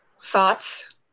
Thoughts